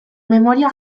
memoria